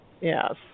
Yes